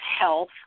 health